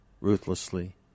ruthlessly